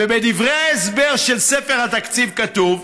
ובדברי ההסבר של ספר התקציב כתוב: